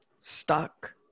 stuck